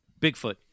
Bigfoot